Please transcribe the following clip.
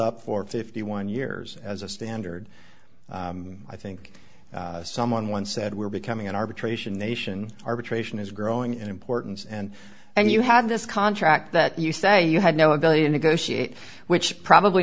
up for fifty one years as a standard i think someone once said we're becoming an arbitration nation arbitration is growing in importance and and you have this contract that you say you had no in value negotiate which probably